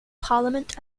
parliament